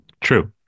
True